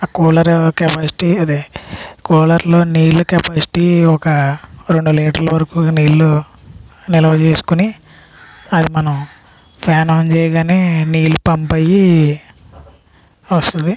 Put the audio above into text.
ఆ cooler capacity అది కూలర్లో నీళ్ళు కెపాసిటీ ఒక రెండు లీటర్ల వరకు నీళ్ళు నిల్వ చేసుకుని అది మనం ఫ్యాన్ ఆన్ చేయగా నీళ్ళు పంపు అయ్యి వస్తుంది